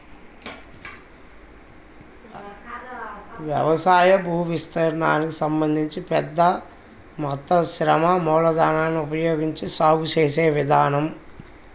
వ్యవసాయ భూవిస్తీర్ణానికి సంబంధించి పెద్ద మొత్తం శ్రమ మూలధనాన్ని ఉపయోగించి సాగు చేసే విధానం